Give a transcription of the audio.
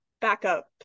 backup